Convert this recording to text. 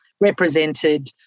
represented